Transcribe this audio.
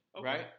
right